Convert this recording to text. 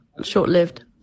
short-lived